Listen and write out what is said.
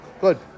Good